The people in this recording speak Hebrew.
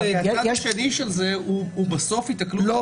אבל בצד השני של זה הוא בסוף היתקלות לא